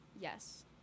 Yes